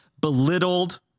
belittled